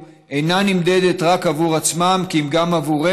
כי תרומתם של צעירים אלו אינה נמדדת רק עבור עצמם כי אם גם עבורנו,